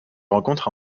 rencontre